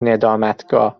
ندامتگاه